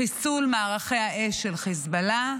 חיסול מערכי האש של חיזבאללה,